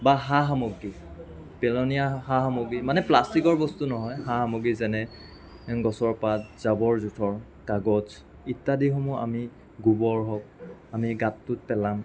বা সা সামগ্ৰী পেলনীয়া সা সামগ্ৰী মানে প্লাষ্টিকৰ বস্তু নহয় সা সামগ্ৰী যেনে গছৰ পাত জাবৰ জোথৰ কাগজ ইত্যাদিসমূহ আমি গোবৰ হওক আমি গাঁতটোত পেলাম